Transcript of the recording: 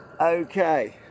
Okay